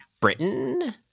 Britain